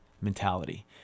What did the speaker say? mentality